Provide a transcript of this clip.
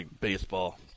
baseball